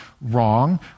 wrong